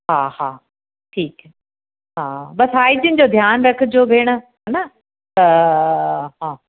हा हा ठीकु हा बस हाइजीन जो ध्यानु रखिजो भेण हे न त हा